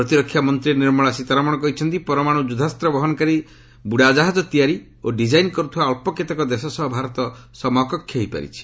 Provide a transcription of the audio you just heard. ପ୍ରତିରକ୍ଷା ମନ୍ତ୍ରୀ ନିର୍ମଳା ସୀତାରମଣ କହିଛନ୍ତି ପରମାଣୁ ଯୁଦ୍ଧାସ୍ତ ବହନକାରୀ ବୃଡ଼ାଜାହାଜ ତିଆରି ଓ ଡିଜାଇନ୍ କର୍ତ୍ଥବା ଅଳ୍ପ କେତେକ ଦେଶ ସହ ଭାରତ ସମକକ୍ଷ ହୋଇପାରିଛି